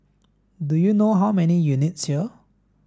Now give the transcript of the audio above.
do you know how many units here